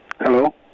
Hello